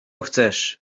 chcesz